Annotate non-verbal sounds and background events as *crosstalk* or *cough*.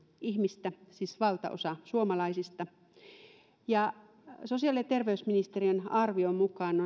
ihmistä siis valtaosa suomalaisista sosiaali ja terveysministeriön arvion mukaan *unintelligible*